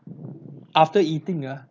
after eating ah